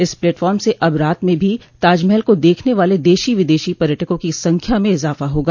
इस प्लेटफार्म से अब रात में भी ताजमहल को देखने वाले देशी विदेशो पर्यटकों की संख्या में इजाफा होगा